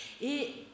Et